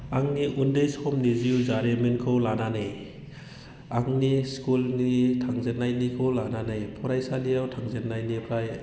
आंनि उन्दै समनि जिउ जारिमिनखौ लानानै आंनि स्कुलनि थांजेननायनिखौ लानानै फरायसालियाव थांजेननायनिफ्राय